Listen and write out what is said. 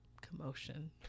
commotion